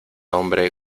hombre